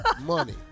money